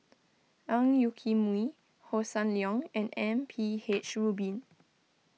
Ang Yoke Mooi Hossan Leong and M P H Rubin